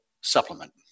supplement